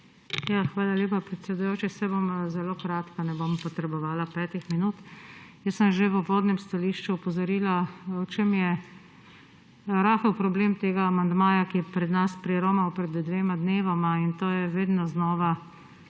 hvala lepa, predsedujoči, saj bom zelo kratka, ne bom potrebovala petih minut. Že v uvodnem stališču sem opozorila, v čem je rahel problem tega amandmaja, ki je pred nas priromal pred dvema dnevoma, in to je vedno znova.